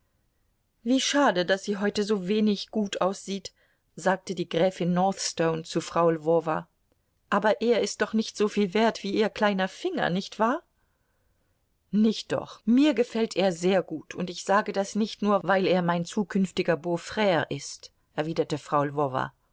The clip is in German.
wie schade daß sie heute so wenig gut aussieht sagte die gräfin northstone zu frau lwowa aber er ist doch nicht soviel wert wie ihr kleiner finger nicht wahr nicht doch mir gefällt er sehr gut und ich sage das nicht nur weil er mein zukünftiger beau frre ist erwiderte frau